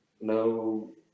No